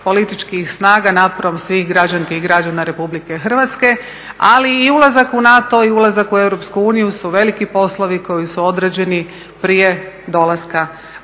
političkih snaga, naporom svih građanki i građana RH, ali i ulazak u NATO i ulazak u EU su veliki poslovi koji su određeni prije dolaska